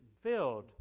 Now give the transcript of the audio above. filled